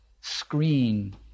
screen